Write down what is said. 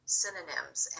synonyms